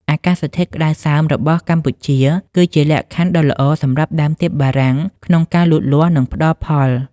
អាកាសធាតុក្តៅសើមរបស់កម្ពុជាគឺជាលក្ខខណ្ឌដ៏ល្អសម្រាប់ដើមទៀបបារាំងក្នុងការលូតលាស់ និងផ្តល់ផល។